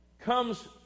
comes